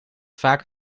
vaak